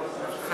לא, לא, לא.